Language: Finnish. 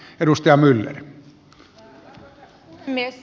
arvoisa puhemies